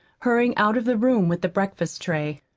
hurrying out of the room with the breakfast tray.